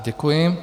Děkuji.